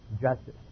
justice